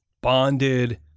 bonded